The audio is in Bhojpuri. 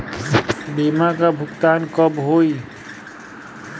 बीमा का भुगतान कब होइ?